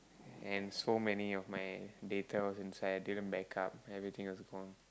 and so many of my data was inside I didn't back up everything was gone